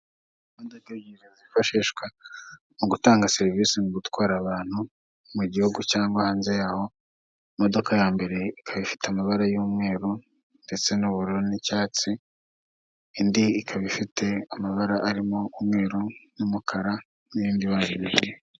Imodoka zifashishwa mu gutanga serivisi mu gutwara abantu mu gihugu cyangwa hanze yaho, imodoka ya mbere ikaba ifite amabara y'umweru ndetse n'ubururu n'icyatsi, indi ikaba ifite amabara arimo umweru n'umukara n'irindi bara ripika.